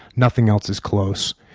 nothing else is close.